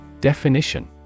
Definition